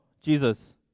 Jesus